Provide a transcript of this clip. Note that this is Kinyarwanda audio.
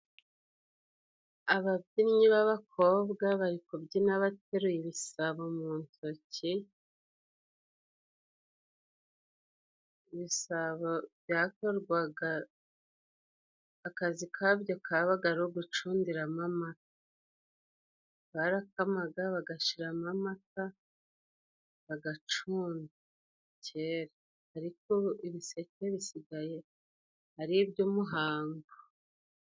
Ababyinnyi b'abakobwa bari kubyina bateruye ibisabo mu ntoki. Ibisabo byakorwaga, akazi kabyo kabaga ari ugacundiramo amata. Barakamaga, bagashiramo amata, bagacunda cyera. Ariko ubu, ibiseke bisigaye ari iby'umuhango.